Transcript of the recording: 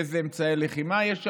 אילו אמצעי לחימה יש שם,